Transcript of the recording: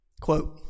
Quote